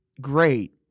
great